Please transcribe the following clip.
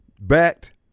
backed